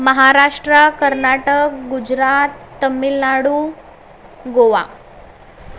Maharashtra Karnataka Gujarat Tamil Nadu Goa